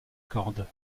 cordes